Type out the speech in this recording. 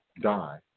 die